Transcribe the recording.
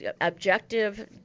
objective